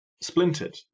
splintered